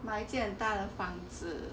买间大的房子